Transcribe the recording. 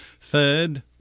Third